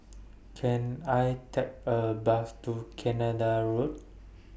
Can I Take A Bus to Canada Road